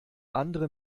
andere